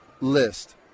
list